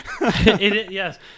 Yes